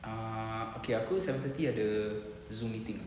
ah okay aku seven thirty ada Zoom meeting